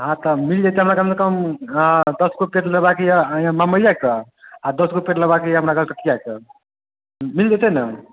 हँ तऽ मिल जेतै हमरा कमसँ कम हँ दशगो पेड़ लेबाक यऽ बम्बइया कऽ आ दश गो पेड़ लेबाक यऽ हमरा कलकतिया कऽ मिल जेतै ने